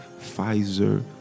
Pfizer